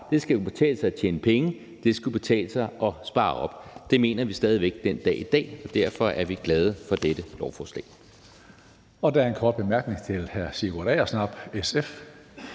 det skal kunne betale sig at tjene penge, og at det skal kunne betale sig at spare op. Det mener vi stadigvæk den dag i dag, og derfor er vi glade for dette lovforslag.